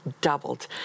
doubled